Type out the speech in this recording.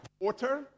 water